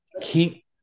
keep